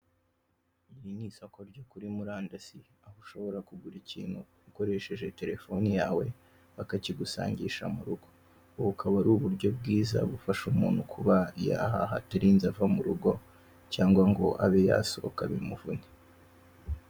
Iri ni isoko ryo kuri murandasi aho ushobora kugura ikintu ukoresheje telefone yawe bakakigusangisha mu rugo, bukaba ari uburyo bwiza bufasha umuntu kuba yahaha atarinze ava mu rugo cyangwa ngo abe yasohoka bimuvunye.